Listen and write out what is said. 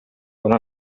una